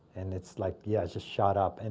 and it's like, yeah, just shot up. and